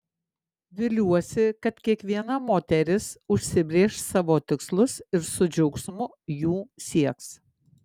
viliuosi kad kiekviena moteris užsibrėš savo tikslus ir su džiaugsmu jų sieks